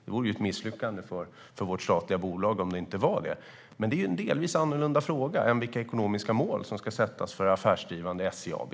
Det vore ett misslyckande för vårt statliga bolag. Men det är en delvis annorlunda fråga än vilka ekonomiska mål som ska sättas för affärsdrivande SJ AB.